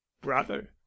brother